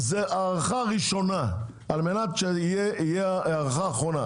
זה ההארכה הראשונה על מנת שתהיה הארכה אחרונה,